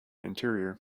interior